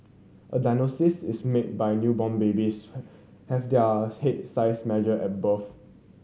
a diagnosis is made by newborn babies have their head size measured at birth